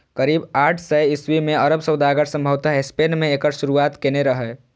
करीब आठ सय ईस्वी मे अरब सौदागर संभवतः स्पेन मे एकर शुरुआत केने रहै